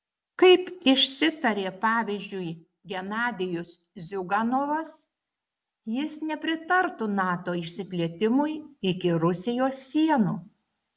kaip išsitarė pavyzdžiui genadijus ziuganovas jis nepritartų nato išsiplėtimui iki rusijos sienų